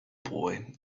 boy